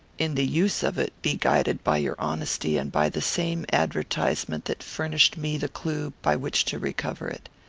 in the use of it, be guided by your honesty and by the same advertisement that furnished me the clue by which to recover it.